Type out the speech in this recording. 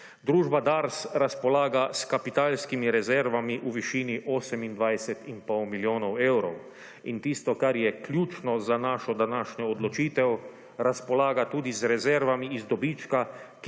Družba Dars razpolaga s kapitalskimi rezervami v višini 28,5 milijonov evrov in tisto kar je ključno za našo današnjo odločitev razpolaga tudi z rezervami iz dobička,